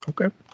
Okay